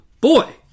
Boy